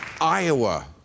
Iowa